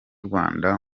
rwanda